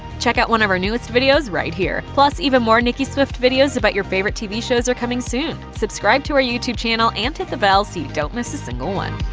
check out one of our newest videos right here! plus, even more nicki swift videos about your favorite tv shows are coming soon. subscribe to our youtube channel and hit the bell so you don't miss a single one.